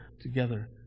together